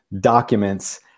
documents